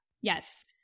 Yes